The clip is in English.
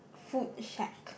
food shack